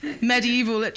Medieval